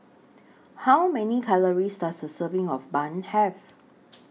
How Many Calories Does A Serving of Bun Have